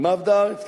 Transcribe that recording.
על מה אבדה הארץ?